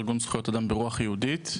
ארגון זכויות אדם ברוח יהודית.